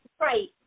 Right